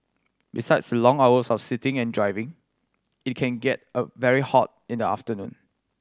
besides long hours of sitting and driving it can get a very hot in the afternoon